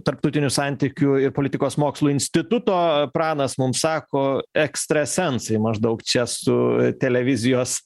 tarptautinių santykių ir politikos mokslų instituto pranas mums sako ekstrasensai maždaug čia su televizijos